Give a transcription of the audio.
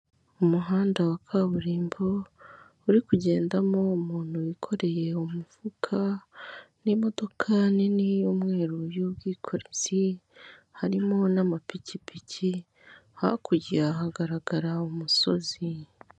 Umuhanda wa kaburimbo, uri kugendamo umuntu wikoreye umufuka, n'imodoka nini y'umweru y'ubwikorezi, harimo n'amapikipiki, hakurya hagaragara umusozi.